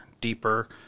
deeper